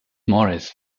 morris